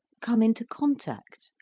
come into contact,